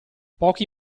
pochi